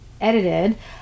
edited